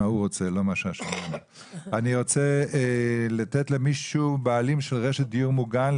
אני רוצה לתת את רשות הדיבור לבעלים של רשת דיון מוגן,